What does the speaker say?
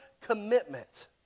commitment